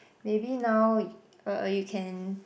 maybe now uh you can